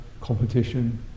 competition